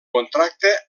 contracte